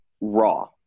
raw